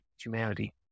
humanity